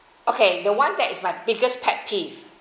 okay the one that is my biggest pet peeve